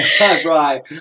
Right